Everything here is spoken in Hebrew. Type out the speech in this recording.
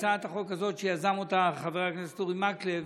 הצעת החוק הזאת, שיזם חבר הכנסת אורי מקלב,